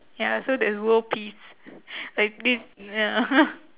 ya so there's world peace like this ya